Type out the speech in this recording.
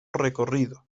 recorrido